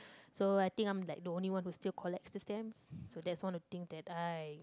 so I think I'm like the only one who still collects the stamps so that's one of the things that I